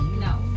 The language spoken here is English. No